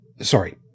sorry